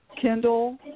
Kindle